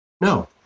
No